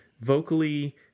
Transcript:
vocally